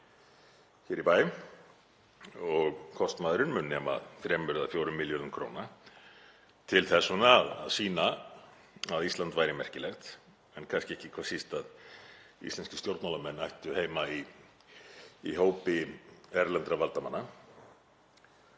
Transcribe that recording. hér í bæ, og kostnaðurinn mun nema 3 eða 4 milljörðum kr., til þess að sýna að Ísland væri merkilegt en kannski ekki hvað síst að íslenskir stjórnmálamenn ættu heima í hópi erlendra valdamanna.